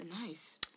Nice